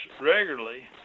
regularly